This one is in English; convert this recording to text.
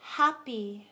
happy